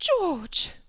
George